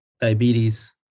diabetes